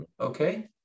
okay